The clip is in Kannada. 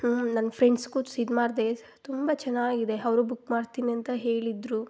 ಹ್ಞೂ ನನ್ನ ಫ್ರೆಂಡ್ಸ್ಗು ಇದು ಮಾಡ್ದೆ ತುಂಬ ಚೆನ್ನಾಗಿದೆ ಅವರು ಬುಕ್ ಮಾಡ್ತೀನಂತೆ ಹೇಳಿದ್ರು